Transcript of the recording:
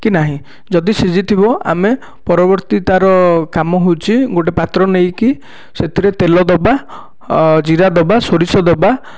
କି ନାହିଁ ଯଦି ସିଝିଥିବ ଆମେ ପରବର୍ତ୍ତୀ ତାର କାମ ହେଉଛି ଗୋଟେ ପାତ୍ର ନେଇକି ସେଥିରେ ତେଲ ଦବା ଜିରା ଦବା ସୋରିଷ ଦବା